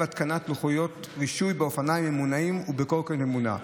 התקנת לוחיות רישוי באופניים ממונעים ובקורקינט ממונע,